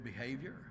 behavior